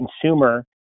consumer